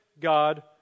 God